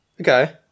Okay